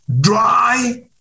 dry